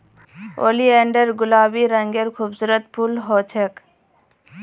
oleander गुलाबी रंगेर खूबसूरत फूल ह छेक